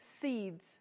seeds